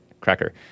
Cracker